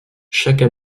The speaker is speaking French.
chaque